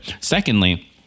Secondly